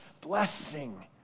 blessing